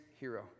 hero